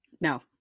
no